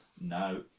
No